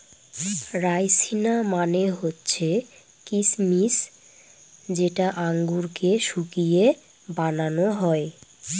রাইসিনা মানে হচ্ছে কিসমিস যেটা আঙুরকে শুকিয়ে বানানো হয়